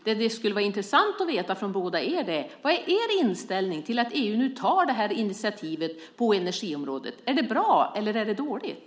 Det som skulle vara intressant att höra från er båda är: Vad är er inställning till att EU nu tar det här initiativet på energiområdet? Är det bra eller är det dåligt?